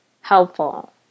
helpful